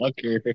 Okay